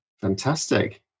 Fantastic